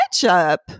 Ketchup